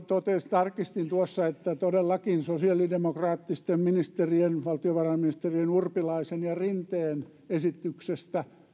tarkistin tuossa että todellakin sosiaalidemokraattisten ministerien valtiovarainministeri urpilaisen ja rinteen esityksestä